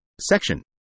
Section